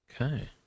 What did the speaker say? okay